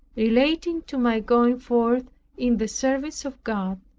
relating to my going forth in the service of god,